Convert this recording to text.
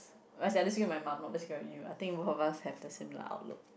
as in I disagree with my mum not disagree at you I think both of us have the similiar outlook